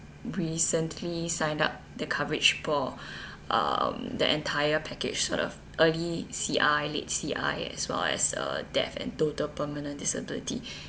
recently signed up the coverage for um the entire package sort of early C_I late C_I as well as uh death and total permanent disability